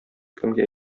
кемгә